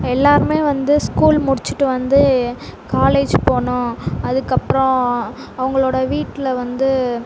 எல்லாருமே வந்து ஸ்கூல் முடிச்துட்டு வந்து காலேஜ் போகணும் அதுக்கப்றம் அவங்களோட வீட்டில் வந்து